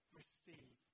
receive